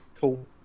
Cool